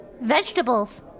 vegetables